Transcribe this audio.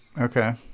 Okay